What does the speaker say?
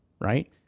right